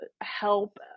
help